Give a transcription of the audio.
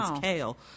kale